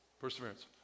Perseverance